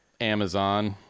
Amazon